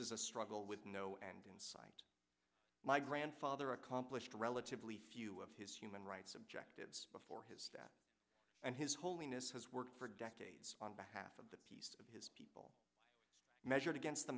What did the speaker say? is a struggle with no end in sight my grandfather accomplished relatively few of his human rights objectives before his death and his holiness has worked for decades on behalf of the peace of his people measured against the